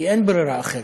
כי אין ברירה אחרת.